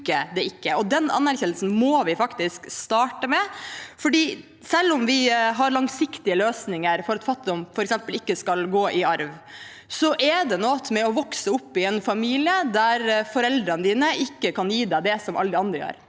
Den anerkjennelsen må vi faktisk starte med. Selv om vi har langsiktige løsninger for at fattigdom f.eks. ikke skal gå i arv, så er det noe med å vokse opp i en familie der foreldrene ikke kan gi deg det som alle andre har.